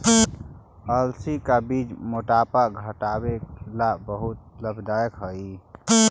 अलसी का बीज मोटापा घटावे ला बहुत लाभदायक हई